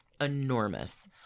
Enormous